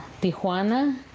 Tijuana